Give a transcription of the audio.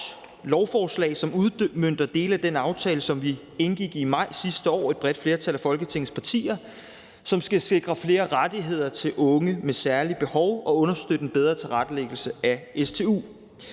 lovforslag, som udmønter dele af den aftale, som et bredt flertal af Folketingets partier indgik i maj sidste år, og som skal sikre flere rettigheder til unge med særlige behov og understøtte en bedre tilrettelæggelse af stu.